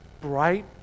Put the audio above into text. bright